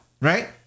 Right